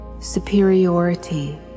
superiority